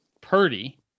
Purdy